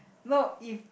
no if